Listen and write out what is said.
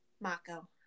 Mako